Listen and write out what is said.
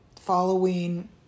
following